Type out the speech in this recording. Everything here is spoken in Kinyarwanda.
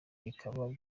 bikaba